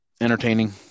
entertaining